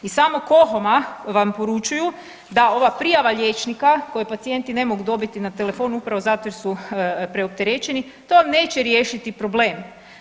Iz samog KOHOM-a vam poručuju da ova prijava liječnika koje pacijenti ne mogu dobiti na telefon upravo zato jer su preopterećeni, to vam neće riješiti problem.